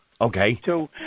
Okay